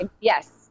Yes